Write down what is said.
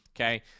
okay